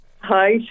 Hi